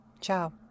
Ciao